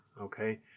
Okay